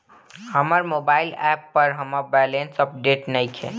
हमर mobile app पर हमर बैलेंस अपडेट नइखे